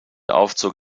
aufzug